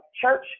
church